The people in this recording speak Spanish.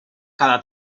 cada